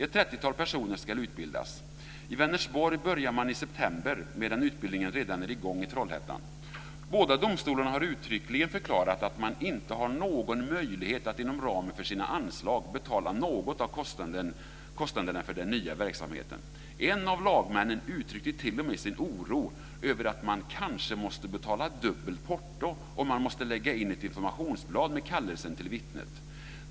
Ett trettiotal personer ska utbildas. I Vänersborg börjar man i september, medan utbildningen redan är i gång i Trollhättan. Båda domstolarna har uttryckligen förklarat att man inte har någon möjlighet att inom ramen för sina anslag betala något av kostnaderna för den nya verksamheten. En av lagmännen uttryckte t.o.m. sin oro över att man kanske måste betala dubbelt porto om man måste lägga in ett informationsblad med kallelsen till vittnet.